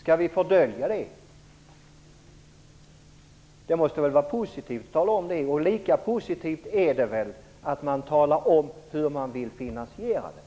Skall vi fördölja det? Det måste väl vara positivt att tala om det? Lika positivt är det väl att man talar om hur man vill finansiera medlemskapet?